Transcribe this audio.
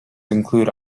include